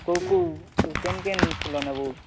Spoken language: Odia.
କେଉଁ କେଉଁ ତୁ କିନ୍ କିନ୍ ଫୁଲ ନେବୁ